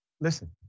Listen